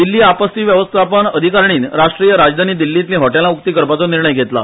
दिल्ली आपत्ती वेवस्थापन अधिकारीणीन राष्ट्रीय राजधानी दिल्लीतली हॉटेलां उक्ती करपाचो निर्णय घेतला